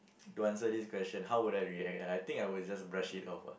to answer this question how would I react I think I would just brush it off